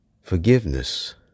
forgiveness